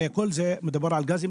הרי, הכל זה מדובר על גזים